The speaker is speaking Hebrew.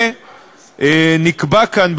ונקבע כאן,